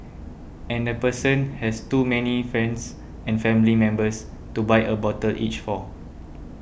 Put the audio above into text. and the person has too many friends and family members to buy a bottle each for